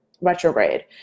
retrograde